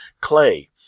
clay